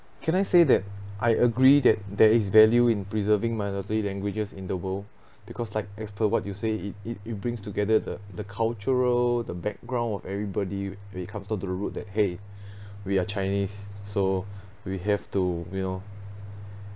can I say that I agree that there is value in preserving minority languages in the world because like as per what you say it it it brings together the the cultural the background of everybody when it come down to the root that !hey! we are chinese so we have to you know